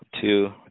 Two